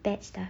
bad stuff